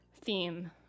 theme